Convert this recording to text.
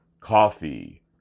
Coffee